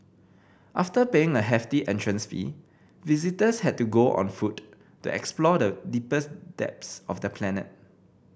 after paying a hefty entrance fee visitors had to go on foot to explore the deepest depths of the planet